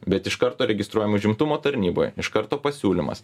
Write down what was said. bet iš karto registruojam užimtumo tarnyboj iš karto pasiūlymas